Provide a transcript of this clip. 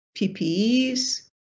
PPEs